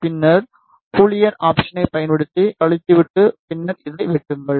பின்னர் பூலியன் ஆப்ஷனை பயன்படுத்தி கழித்துவிட்டு பின்னர் இதை வெட்டுங்கள்